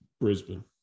Brisbane